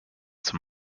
zum